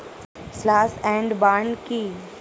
Slash and burn কি?